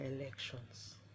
elections